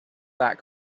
that